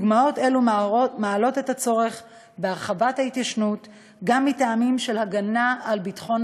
דוגמאות אלו מעלות את הצורך בהרחבת ההתיישנות גם מטעמים של הגנה על ביטחון